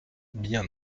bien